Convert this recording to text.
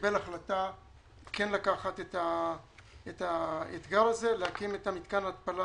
קיבל החלטה כן לקחת את האתגר הזה ולהקים את מתקן ההתפלה